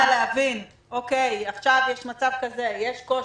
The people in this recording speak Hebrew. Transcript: השופט לא יכול היה להבין שעכשיו יש מצב כזה ויש קושי?